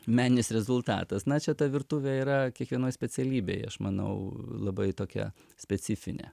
meninis rezultatas na čia ta virtuvė yra kiekvienoj specialybėj aš manau labai tokia specifinė